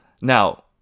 Now